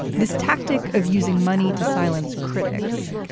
this tactic of using money to silence critics,